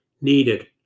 needed